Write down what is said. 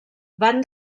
van